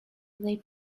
they